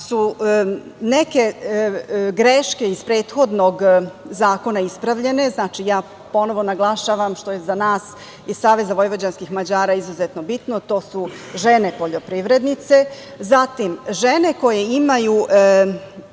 su neke greške iz prethodno zakona ispravljene. Znači, ponovo naglašavam što je za nas iz SVM izuzetno bitno, to su žene poljoprivrednice, zatim žene koje imaju